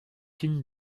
une